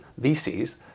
VCs